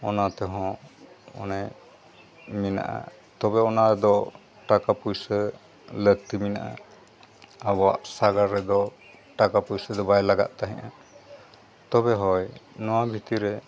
ᱚᱱᱟ ᱛᱮᱦᱚᱸ ᱚᱱᱮ ᱢᱮᱱᱟᱜᱼᱟ ᱛᱚᱵᱮ ᱚᱱᱟ ᱨᱮᱫᱚ ᱴᱟᱠᱟ ᱯᱩᱭᱥᱟᱹ ᱞᱟᱹᱠᱛᱤ ᱢᱮᱱᱟᱜᱼᱟ ᱟᱵᱚᱣᱟᱜ ᱥᱟᱜᱟᱲ ᱨᱮᱫᱚ ᱴᱟᱠᱟ ᱯᱩᱭᱥᱟᱹ ᱫᱚ ᱵᱟᱭ ᱞᱟᱜᱟᱜ ᱛᱟᱦᱮᱸᱫᱼᱟ ᱛᱚᱵᱮ ᱦᱳᱭ ᱱᱚᱣᱟ ᱵᱷᱤᱛᱨᱤ ᱨᱮ